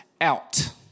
out